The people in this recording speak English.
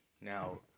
Now